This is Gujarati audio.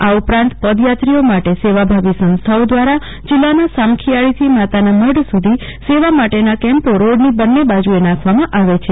આ ઉપરાંત પદયાત્રીઓ માટે સેવાભાવી સંસ્થાઓ દ્વારા જલિલાના સામખીયાળીથી માતાના મઢ સુધી સેવા માટેના કેમ્પો રોડની બંને બાજુએ નાખવામાં આવે છે